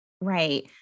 Right